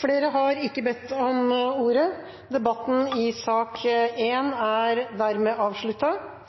Flere har ikke bedt om ordet til sak